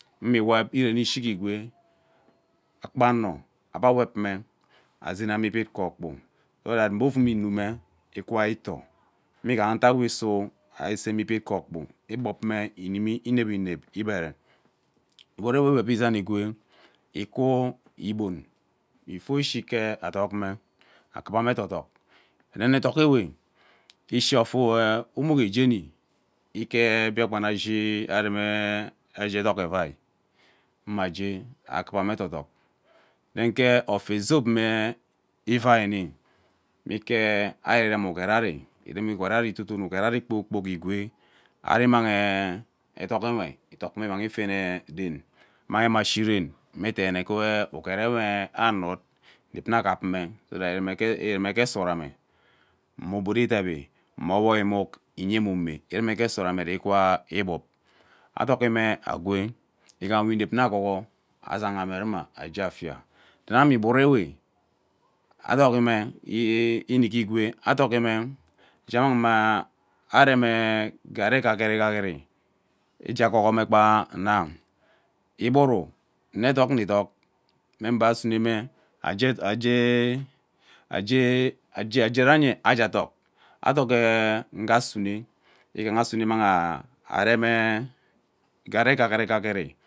Mme wep irene ishiga igwee akpa eno ebe wep mme azena ibid ke okpu mee ovum inume ikwa eto imangha utaak we isuu iseme ibib ke okpu igbob nne inimi inevi inep igbere ugburu ewe iwep izan igwee ikwuuu igbou ishike adog me akuva me edodog eden eduk ewe ishi ofee umuke jeni ishee efia unen Biakpen ashin eduk evai mma ageee akavame edodog then ke efee zop unme ivai mme ike ari irem uge air idimi itotono uget ari ebe kpoor kpok egwe ari immang eduk nwe dog me immang efene ren egba remi ishi ren me deene gee ugetwe anuk inep nna agap mme so that ivume gee sorame mma ugbug ideri ama ovoi imug iyeme omo irume gee sorame see ikwaa igbub eduk mme agwee igham we inep ma agoor azahame rumer aje efia then eme igburuewe adohime ee inuki egwee adohime ereme garri gagrigagri igee eghoor kpaa ina mme eduk nne duk mme agba asune me agee ageee ageranye agee dog adogee ngee asune igha asune immangha arem mmee garri ree gagrigagri.